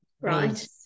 Right